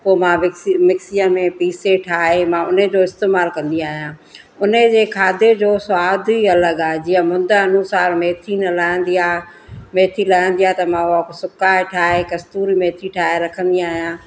पोइ मां मिक्स मिक्सीअ में पीसे ठाहे मां हुन जो इस्तेमालु कंदी आहियां हुन जे खाधे जो स्वादु ई अलॻि आहे जीअं मुंद अनूसारु मैथी न लहंदी आहे मैथी लहंदी आहे त मां उहा सुका ठाहे कस्तूरी मैथी ठाहे रखंदी आहियां